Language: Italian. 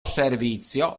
servizio